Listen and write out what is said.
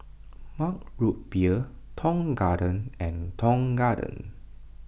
Mug Root Beer Tong Garden and Tong Garden